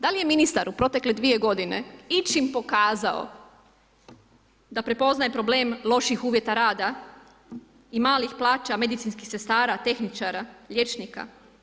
Da li je ministar u protekle 2 g. ičim pokazao da prepoznaje problem loših uvjeta rada i malih plaća medicinskih sestara, tehničara, liječnika?